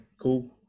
cool